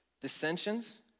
dissensions